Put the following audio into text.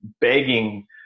begging